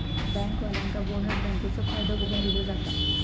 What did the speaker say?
बँकेवाल्यांका बोनस बँकेचो फायदो बघून दिलो जाता